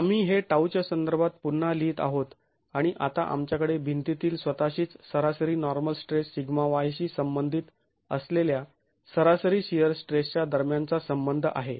आम्ही हे τ च्या संदर्भात पुन्हा लिहीत आहोत आणि आता आमच्याकडे भिंतीतील स्वतःशीच सरासरी नॉर्मल स्ट्रेस σy शी संबंधित असलेल्या सरासरी शिअर स्ट्रेस च्या दरम्यानचा संबंध आहे